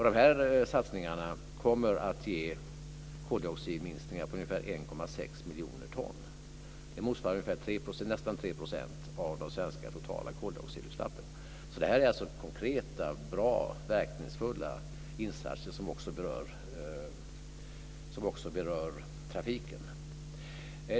De här satsningarna kommer att ge koldioxidminskningar på ungefär 1,6 miljoner ton. Det motsvarar nästan Det är alltså konkreta, bra och verkningsfulla insatser, som också berör trafiken.